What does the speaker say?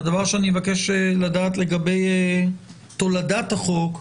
דבר שני, אבקש לדעת לגבי תולדת החוק,